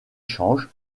change